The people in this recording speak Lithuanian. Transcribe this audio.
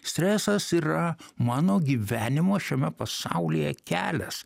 stresas yra mano gyvenimo šiame pasaulyje kelias